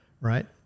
right